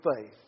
faith